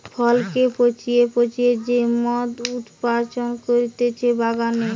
ফলকে পচিয়ে পচিয়ে যে মদ উৎপাদন করতিছে বাগানে